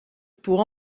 pour